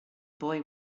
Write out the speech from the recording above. boy